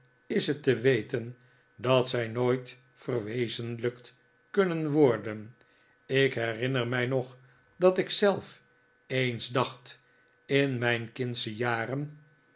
is het te weten dat zij nooit verwezenlijkt kunnen worden ik herinner mij nog dat ik zelf eens dacht in mijn kindsche dagen